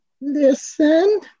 Listen